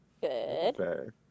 good